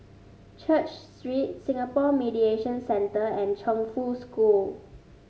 Church Street Singapore Mediation Centre and Chongfu School